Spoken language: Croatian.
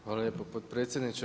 Hvala lijepo potpredsjedniče.